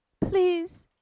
please